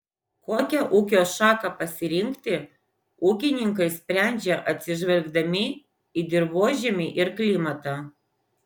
kokią ūkio šaką pasirinkti ūkininkai sprendžia atsižvelgdami į dirvožemį ir klimatą